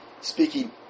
speaking